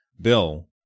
Bill